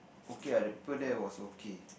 okay ah the people there was okay